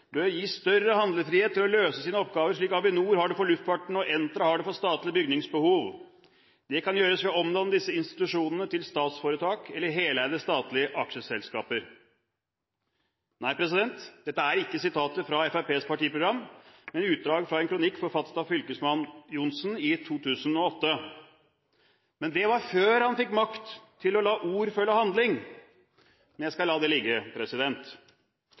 bør gis større handlefrihet til å løse sine oppgaver, slik Avinor har det for luftfarten og Entra for statlige bygningsbehov. Det kan gjøres ved å omdanne disse institusjonene til statsforetak eller heleide statlige aksjeselskaper. Nei, dette er ikke sitater fra Fremskrittspartiets partiprogram, men utdrag fra en kronikk forfattet av fylkesmann Johnsen i 2008 – men det var før han fikk makt til å la ord følge handling. Men jeg skal la det ligge.